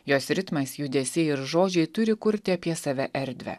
jos ritmas judesiai ir žodžiai turi kurti apie save erdvę